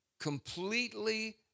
completely